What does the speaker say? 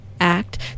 Act